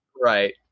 Right